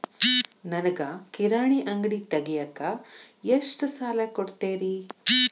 ನನಗ ಕಿರಾಣಿ ಅಂಗಡಿ ತಗಿಯಾಕ್ ಎಷ್ಟ ಸಾಲ ಕೊಡ್ತೇರಿ?